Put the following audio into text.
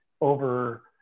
over